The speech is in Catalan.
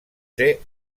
ser